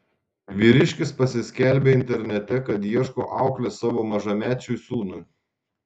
vyriškis pasiskelbė internete kad ieško auklės savo mažamečiui sūnui